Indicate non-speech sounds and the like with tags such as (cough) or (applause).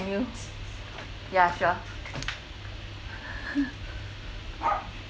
yeah sure (laughs)